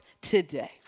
today